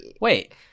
Wait